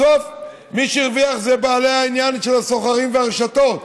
בסוף מי שהרוויח זה בעלי העניין של הסוחרים והרשתות.